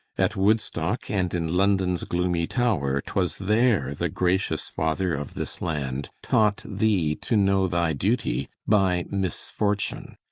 at woodstock, and in london's gloomy tower, twas there the gracious father of this land taught thee to know thy duty, by misfortune.